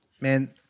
Man